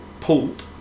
pulled